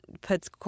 puts